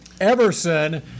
Everson